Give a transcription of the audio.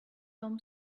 tom